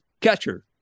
catcher